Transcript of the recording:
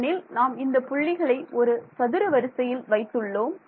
ஏனெனில் நாம் இந்தப் புள்ளிகளை ஒரு சதுர வரிசையில் வைத்து உள்ளோம்